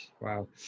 wow